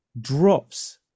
drops